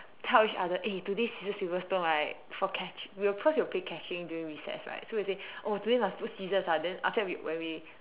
tell each other eh today scissor paper stone right for catch~ we will cause we will playing catching during recess right so we will say oh today must put scissors ah then after that when we